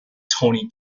tony